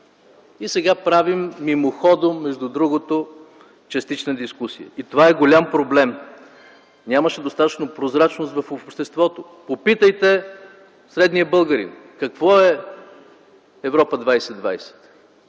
И сега правим мимоходом, между другото, частична дискусия. И това е голям проблем. Нямаше достатъчно прозрачност в обществото. Попитайте средния българин какво е „Европа 2020”.